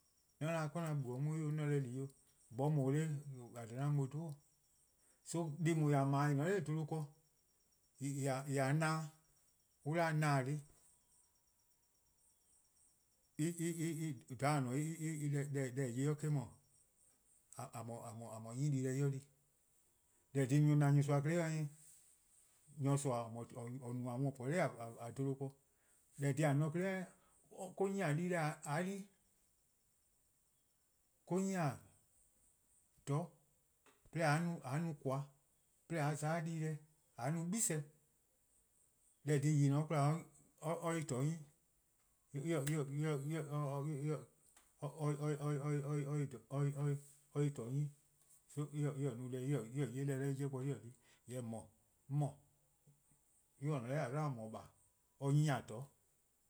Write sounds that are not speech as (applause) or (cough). :Mor 'on 'da kona 'jle-dih 'on 'weh 'on se-' deh di 'i 'o, :yee' 'moeh :daa 'de-' :dha 'an mu-or 'dhu :eh? So deh+ :daa :a 'ble-a :en :ne-a nor tluh ken en :a na-din-a, an 'da-dih :nena: deh+, (hesitation) da :a :ne-a, (hesitation) deh :en :ya-ih 'de eh-: 'dhu, (hesitation) :a mor 'nyi-ih di-deh 'de en di deh. :eh :korn dhih nyor+-a' na nyorsoa 'klei' :eh? Nyorsoa (hesitation) :or no-a on :or po-a 'nor (hesitation) 'bluhba ken, :eh korn dhih 'de :a na-or 'klei' :eh? Or-: ' nyi-a dii-deh :a di. Or-: 'nyi-a 'toror' (hesitation) 'de :a no :koan-a' :a za 'de dii-deh, 'de :a no gle+. :eh :korn :yih :ne-a 'de 'kwla 'de or se-' 'toror' 'nyi :eh? (hesitation) or se-ih 'toror' 'nyi so (hesitation) en-' no deh, (hesitation) en-' 'ye deh 'do en 'jeh bo en-a di. Jorwor: mor-: 'on mor-: 'yu :or :ne-a 'noror' :a 'dlu :or no-a :baa' or 'nyi-a 'toror'.